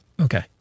Okay